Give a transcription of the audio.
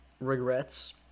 regrets